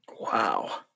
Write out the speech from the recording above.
wow